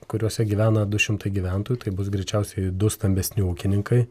kuriuose gyvena du šimtai gyventojų tai bus greičiausiai du stambesni ūkininkai